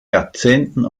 jahrzehnten